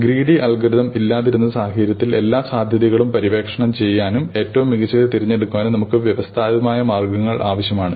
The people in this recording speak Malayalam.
ഗ്രീഡി അൽഗോരിതം ഇല്ലാതിരുന്ന സാഹചര്യത്തിൽ എല്ലാ സാധ്യതകളും പര്യവേക്ഷണം ചെയ്യാനും ഏറ്റവും മികച്ചത് തിരഞ്ഞെടുക്കാനുംനമുക്ക് മറ്റു വ്യവസ്ഥാപിത മാർഗങ്ങൾ ആവശ്യമാണ്